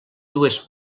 dues